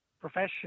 profession